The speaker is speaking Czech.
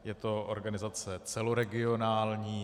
Je to organizace celoregionální.